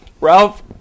Ralph